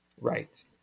Right